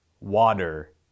water